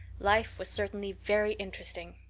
life was certainly very interesting.